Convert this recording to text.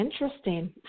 interesting